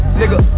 nigga